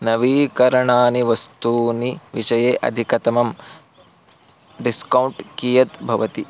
नवीकरणानि वस्तूनि विषये अधिकतमं डिस्कौण्ट् कियत् भवति